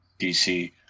DC